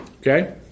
Okay